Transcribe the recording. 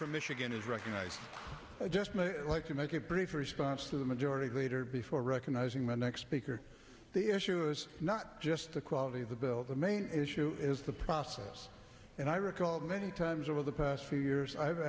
from michigan is recognized i just like to make it brief response to the majority leader before recognizing my next speaker the issue is not just the quality of the bill the main issue is the process and i recall many times over the past few years i